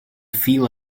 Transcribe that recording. feel